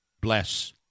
bless